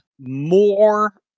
more